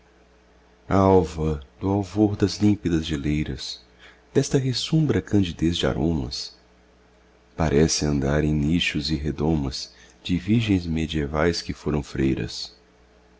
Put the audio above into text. do alvor das límpidas geleiras desta ressumbra candidez de aromas parece andar em nichos e redomas de virgens medievais que foram freiras